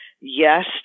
yes